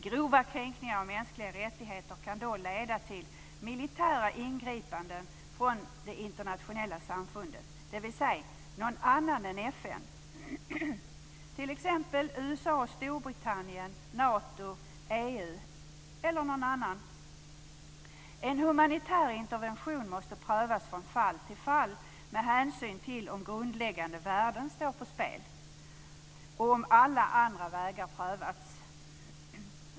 Grova kränkningar av mänskliga rättigheter kan då leda till militära ingripanden från det internationella samfundet, dvs. någon annan än FN, t.ex. USA och Storbritannien, Nato, EU eller någon annan. En humanitär intervention måste prövas från fall till fall med hänsyn till om grundläggande värden står på spel, och om alla andra utvägar prövats.